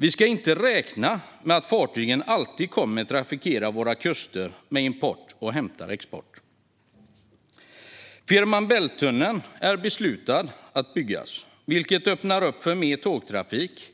Vi ska inte räkna med att fartygen alltid kommer att trafikera våra kuster med import eller hämta export. Det är beslutat att Fehmarn Bält-tunneln ska byggas, vilket öppnar upp för mer tågtrafik.